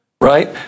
right